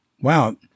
wow